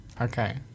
Okay